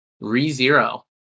re-zero